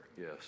Yes